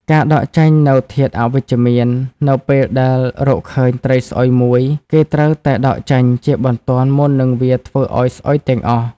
ការដកចេញនូវធាតុអវិជ្ជមាន នៅពេលដែលរកឃើញ ត្រីស្អុយ មួយ គេត្រូវតែ ដកចេញ ជាបន្ទាន់មុននឹងវាធ្វើឲ្យ ស្អុយទាំងអស់។